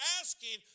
asking